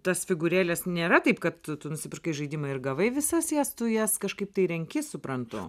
tas figūrėles nėra taip kad tu tu nusipirkai žaidimą ir gavai visas jas tu jas kažkaip tai renki suprantu